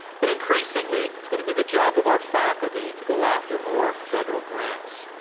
but increasingly, it's going to be the job of our faculty to go after more federal grants.